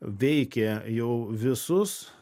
veikė jau visus